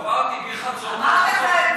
אמרתי: